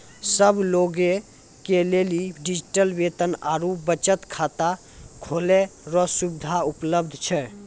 सब लोगे के लेली डिजिटल वेतन आरू बचत खाता खोलै रो सुविधा उपलब्ध छै